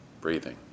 breathing